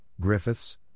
Griffiths